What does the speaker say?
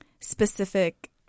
specific